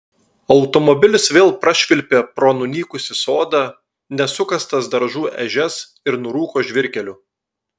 automobilis vėl prašvilpė pro nunykusį sodą nesukastas daržų ežias ir nurūko žvyrkeliu